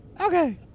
Okay